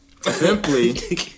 Simply